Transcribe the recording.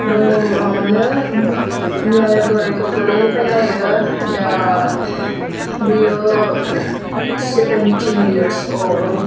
दङ गोबाङानो मिया आरो दरेखौ गोरलैनिफ्राइनो नाइयो दा बियो सेभेन्टि इयार्स अल